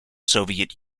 soviet